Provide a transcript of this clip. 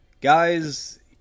Guys